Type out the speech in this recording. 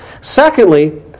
Secondly